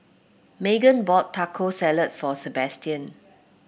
Magen bought Taco Salad for Sabastian